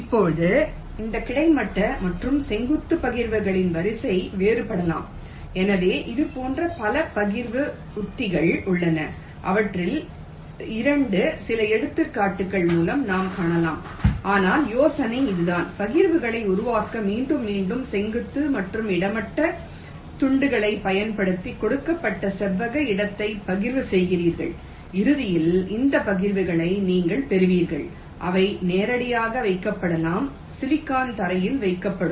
இப்போது இந்த கிடைமட்ட மற்றும் செங்குத்து பகிர்வுகளின் வரிசை வேறுபடலாம் எனவே இதுபோன்ற பல பகிர்வு உத்திகள் உள்ளன அவற்றில் 2 சில எடுத்துக்காட்டுகள் மூலம் நாம் காணலாம் ஆனால் யோசனை இதுதான் பகிர்வுகளை உருவாக்க மீண்டும் மீண்டும் செங்குத்து மற்றும் கிடைமட்ட துண்டுகளைப் பயன்படுத்தி கொடுக்கப்பட்ட செவ்வக இடத்தை பகிர்வு செய்கிறீர்கள் இறுதியில் இந்த பகிர்வுகளை நீங்கள் பெறுவீர்கள் அவை நேரடியாக வைக்கப்படலாம் சிலிக்கான் தரையில் வைக்கப்படும்